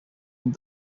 with